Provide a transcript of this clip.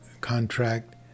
contract